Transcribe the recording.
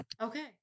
Okay